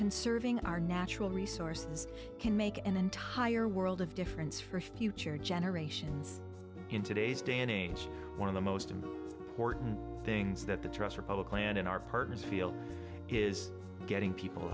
conserving our natural resources can make an entire world of difference for future generations in today's day and age one of the most of the things that the trust republic land in our partners feel is getting people